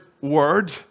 word